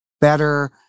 better